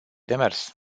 demers